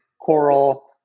Coral